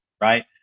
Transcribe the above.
right